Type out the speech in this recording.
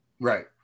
Right